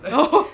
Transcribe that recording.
oh [ho]